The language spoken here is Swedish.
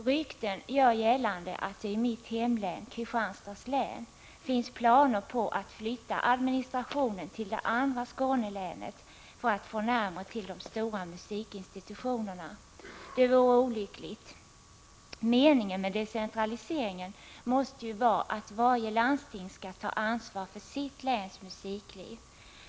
Rykten gör gällande att det i mitt hemlän, Kristianstads län, finns planer på att flytta administrationen till det andra Skånelänet för att få närmare till de stora musikinstitutionerna. Det vore olyckligt. Meningen med decentraliseringen måste ju vara att varje landsting skall ta ansvar för sitt läns musikliv.